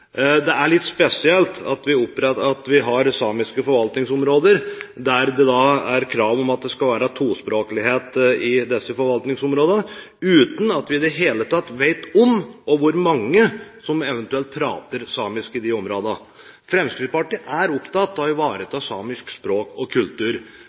Det er litt spesielt at vi har samiske forvaltningsområder som krever at det skal være tospråklighet i disse forvaltningsområdene, uten at vi i det hele tatt vet om hvor mange som eventuelt prater samisk i disse områdene. Fremskrittspartiet er opptatt av å